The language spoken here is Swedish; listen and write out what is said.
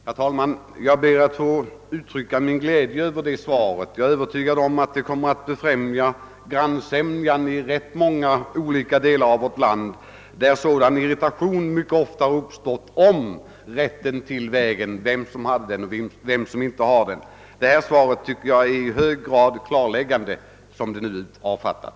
Herr talman! Jag ber att få uttala min glädje över detta besked. Jag är övertygad om att svaret kommer att befrämja grannsämjan i många delar av vårt land, där irritation ofta uppstått om vem som har rätt att använda en väg och vem som saknat sådan rätt. Det svar som nu givits är i hög grad klarläggande på den punkten.